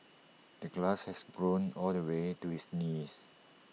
the grass had grown all the way to his knees